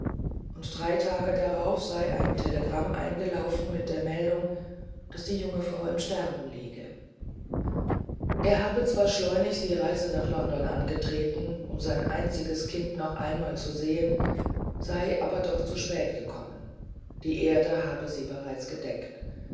und drei tage darauf sei ein telegramm eingelaufen mit der meldung daß die junge frau im sterben liege er habe zwar schleunigst die reise nach london angetreten um sein einziges kind noch einmal zu sehen sei aber doch zu spät gekommen die erde habe sie bereits gedeckt